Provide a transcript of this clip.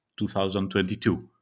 2022